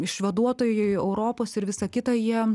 išvaduotojai europos ir visa kita jie